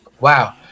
Wow